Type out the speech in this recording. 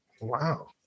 Wow